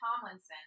Tomlinson